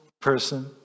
person